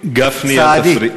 סעדי.